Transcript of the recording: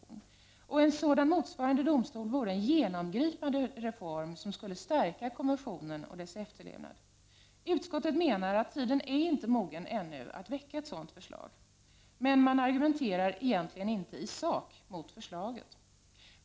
Inrättandet av en sådan motsvarande domstol vore en genomgripande reform, som skulle stärka konventionen och dess efterlevnad. Utskottet menar att tiden ännu inte är mogen att väcka ett sådant förslag, men argumenterar inte i sak mot förslaget.